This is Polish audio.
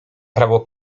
prawo